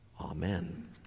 Amen